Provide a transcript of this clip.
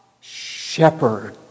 shepherd